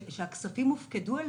אני מדברת על קופת גמל לקצבה.